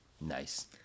Nice